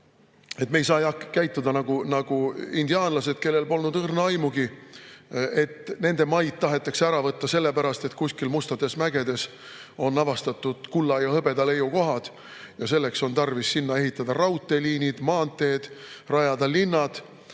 Me ei saa käituda nagu indiaanlased, kellel polnud õrna aimugi, et nende maid tahetakse ära võtta sellepärast, et kuskil mustades mägedes on avastatud kulla ja hõbeda leiukohad ja selleks on tarvis sinna ehitada raudteeliinid, maanteed, rajada linnad.